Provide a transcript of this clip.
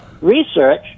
research